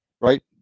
right